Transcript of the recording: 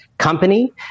company